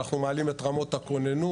אנחנו מעלים את רמות הכוננות.